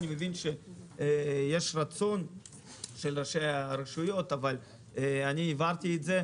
אני מבין שיש רצון של ראשי הרשויות אבל הבהרתי את זה.